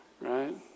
Right